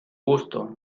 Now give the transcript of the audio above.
gusto